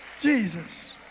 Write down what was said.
Jesus